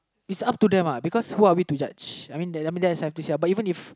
it's up to them ah because who are we to judge I mean that's all I have to say but even if